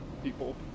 people